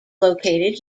located